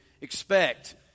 expect